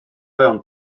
fewn